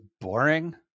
boring